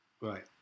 Right